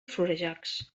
florejacs